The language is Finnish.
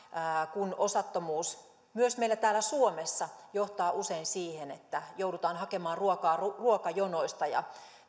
ja osattomuus myös meillä täällä suomessa johtaa usein siihen että joudutaan hakemaan ruokaa ruokajonoista ja